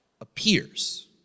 appears